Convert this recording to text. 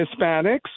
Hispanics